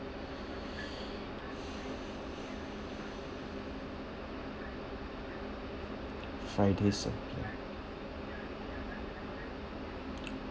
friday seven P_M